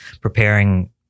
preparing